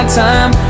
time